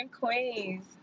queens